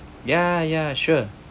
yeah yeah sure